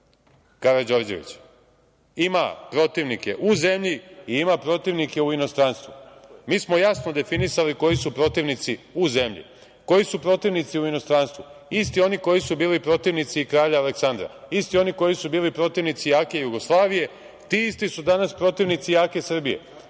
Karađorđević, ima protivnike u zemlji i ima protivnike u inostranstvu. Mi smo jasno definisali koji su protivnici u zemlji, koji su protivnici u inostranstvu, isti oni koji su bili protivnici kralja Aleksandra, isti oni koji su bili protivnici jake Jugoslavije, ti isti su danas protivnici jake Srbije. Kralj